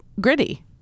gritty